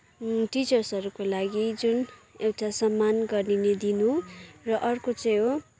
टिचर्सहरूको लागि जुन एउटा सम्मान गर्ने दिन हो र अर्को चाहिँ हो